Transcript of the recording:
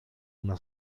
una